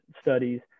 studies